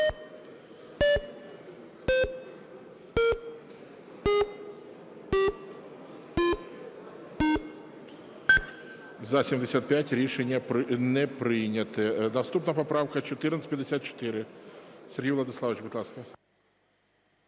За-75 Рішення не прийнято. Наступна поправка 1454. Сергію Владиславовичу, будь ласка.